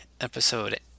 episode